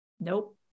nope